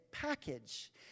Package